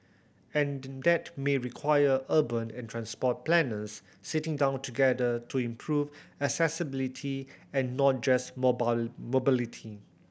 and that may require urban and transport planners sitting down together to improve accessibility and not just mobile mobility